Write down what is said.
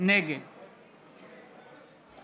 נגד